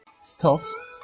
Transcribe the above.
stuffs